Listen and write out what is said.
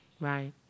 Right